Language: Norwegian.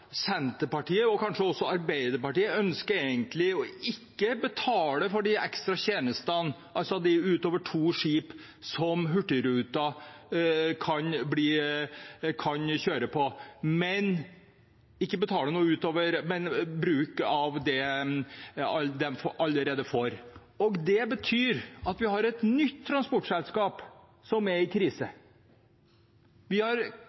Senterpartiet og kanskje også Arbeiderpartiet egentlig ikke ønsker å betale for de ekstra tjenestene, utover to skip som Hurtigruten kan kjøre på, altså å ikke betale noe utover det, men bruke av det de allerede får. Det betyr at vi har et nytt transportselskap som er i krise. Vi fikk klar beskjed i de møtene vi hadde med Hurtigruten, om hvilke kostnader de har